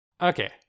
Okay